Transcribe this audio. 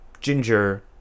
Ginger